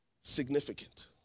significant